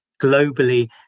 globally